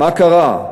מה קרה?